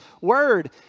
word